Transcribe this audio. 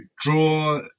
draw